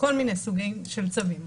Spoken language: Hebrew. כל מיני סוגים של צווים,